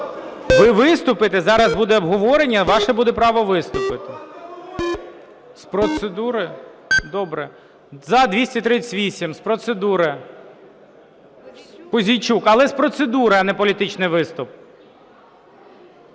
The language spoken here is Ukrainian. Ви виступите. Зараз буде обговорення, ваше буде право виступити. З процедури? Добре. 12:41:30 За-238 З процедури - Пузійчук. Але з процедури, а не політичний виступ.